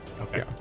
Okay